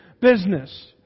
business